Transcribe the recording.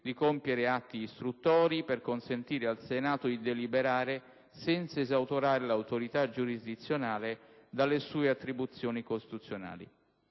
di compiere atti istruttori per consentire al Senato di deliberare senza esautorare l'autorità giurisdizionale delle sue attribuzioni costituzionali.